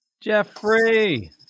Jeffrey